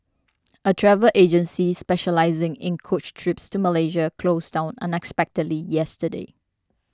a travel agency specialising in coach trips to Malaysia closed down unexpectedly yesterday